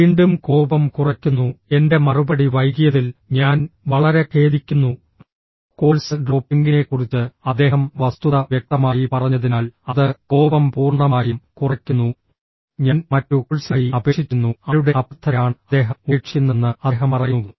വീണ്ടും കോപം കുറയ്ക്കുന്നു എന്റെ മറുപടി വൈകിയതിൽ ഞാൻ വളരെ ഖേദിക്കുന്നു കോഴ്സ് ഡ്രോപ്പിംഗിനെക്കുറിച്ച് അദ്ദേഹം വസ്തുത വ്യക്തമായി പറഞ്ഞതിനാൽ അത് കോപം പൂർണ്ണമായും കുറയ്ക്കുന്നു ഞാൻ മറ്റൊരു കോഴ്സിനായി അപേക്ഷിച്ചിരുന്നു ആരുടെ അഭ്യർത്ഥനയാണ് അദ്ദേഹം ഉപേക്ഷിക്കുന്നതെന്ന് അദ്ദേഹം പറയുന്നു